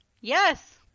Yes